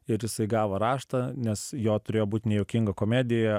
ir jisai gavo raštą nes jo turėjo būt nejuokinga komedija